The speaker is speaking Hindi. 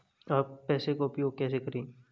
आप पैसे का उपयोग कैसे करेंगे?